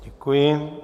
Děkuji.